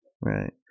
Right